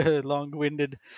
long-winded